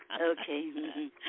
Okay